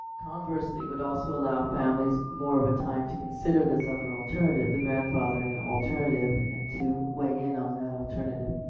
conversely it would also allow families more of a time to consider this other alternative the grandfathering alternative and to weigh in on that alternative.